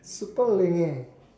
super leng eh